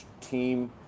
team